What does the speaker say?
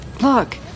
Look